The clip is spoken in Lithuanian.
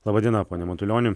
laba diena pone matulioni